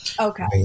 okay